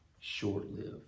short-lived